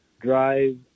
drive